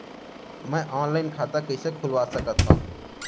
मैं ऑनलाइन खाता कइसे खुलवा सकत हव?